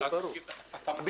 לכן אנחנו קובעים.